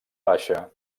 baixa